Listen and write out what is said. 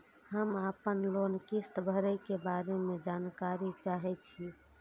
हम आपन लोन किस्त भरै के बारे में जानकारी चाहै छी?